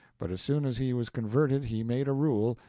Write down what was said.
but as soon as he was converted he made a rule,